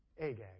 Agag